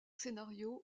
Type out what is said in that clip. scénario